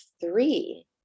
three